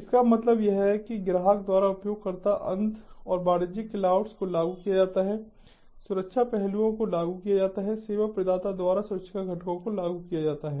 इसका मतलब यह है कि ग्राहक द्वारा उपयोगकर्ता अंत और वाणिज्यिक क्लाउड्स को लागू किया जाता है सुरक्षा पहलुओं को लागू किया जाता है सेवा प्रदाता द्वारा सुरक्षा घटकों को लागू किया जाता है